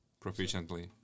proficiently